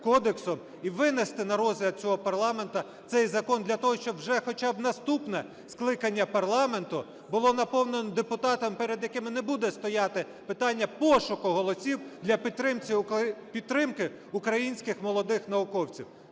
і винести на розгляд цього парламенту цей закон для того, щоб вже хоча б наступне скликання парламенту було наповнено депутатами, перед якими не буде стояти питання пошуку голосів для підтримки українських молодих науковців.